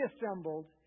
reassembled